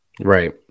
Right